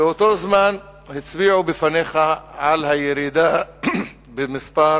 באותו זמן הצביעו בפניך על הירידה במספר